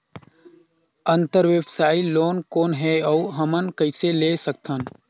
अंतरव्यवसायी लोन कौन हे? अउ हमन कइसे ले सकथन?